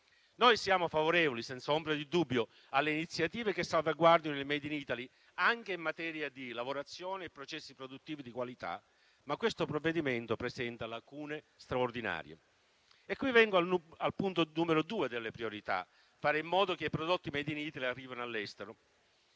Noi siamo favorevoli, senza ombra di dubbio, alle iniziative che salvaguardano il *made in Italy* anche in materia di lavorazione e processi produttivi di qualità. Ma questo provvedimento presenta lacune straordinarie. E qui vengo al secondo punto delle priorità: fare in modo che i prodotti *made in Italy* arrivino all'estero.